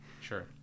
Sure